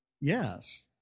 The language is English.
yes